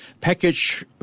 package